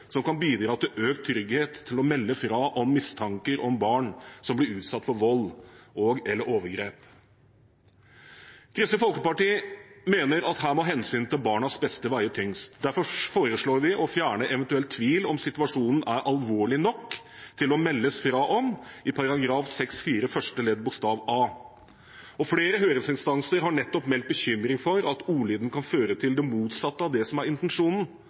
som kan bidra til økt trygghet til å melde fra ved mistanke om at barn blir utsatt for vold og/eller overgrep. Kristelig Folkeparti mener at her må hensynet til barnas beste veie tyngst. Derfor foreslår vi – sammen med Senterpartiet og Sosialistisk Venstreparti – å fjerne eventuell tvil om hvorvidt situasjonen er alvorlig nok til å meldes fra om, i § 6-4 første ledd bokstav a. Flere høringsinstanser har nettopp meldt bekymring for at ordlyden kan føre til det motsatte av det som er intensjonen